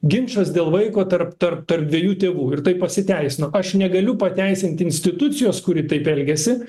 ginčas dėl vaiko tarp tarp tarp dviejų tėvų ir tai pasiteisino aš negaliu pateisint institucijos kuri taip elgėsi